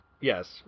Yes